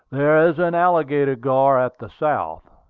there is an alligator-gar at the south.